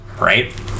Right